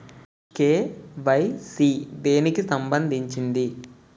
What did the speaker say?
KYC దేనికి సంబందించింది?